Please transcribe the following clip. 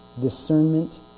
discernment